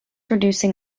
reducing